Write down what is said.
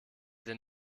den